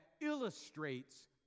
illustrates